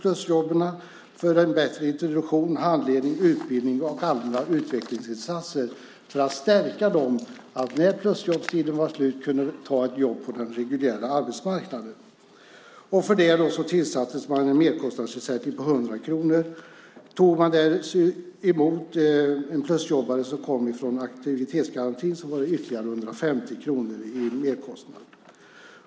Det skulle vara en bättre introduktion, handledning, utbildning och allmänna utvecklingsinsatser för att stärka dem så att de, när plusjobbstiden var slut, skulle kunna ta ett jobb på den reguljära arbetsmarknaden. För detta fick man en merkostnadsersättning på 100 kronor. Tog man emot en plusjobbare som kom från aktivitetsgarantin var det ytterligare 150 kronor i merkostnad.